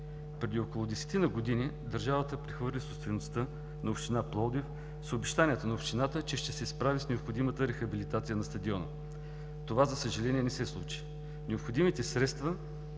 Преди около десетина години държавата прехвърли собствеността на община Пловдив с обещанието на общината, че ще се справи с необходимата рехабилитация на стадиона. Това, за съжаление, не се случи. Необходимите средства,